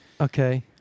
Okay